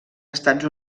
estats